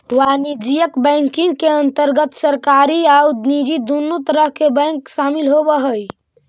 वाणिज्यिक बैंकिंग के अंतर्गत सरकारी आउ निजी दुनों तरह के बैंक शामिल होवऽ हइ